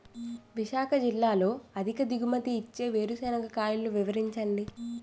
విశాఖ జిల్లాలో అధిక దిగుమతి ఇచ్చే వేరుసెనగ రకాలు వివరించండి?